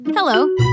Hello